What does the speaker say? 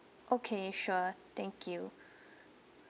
okay sure thank you